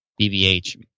bbh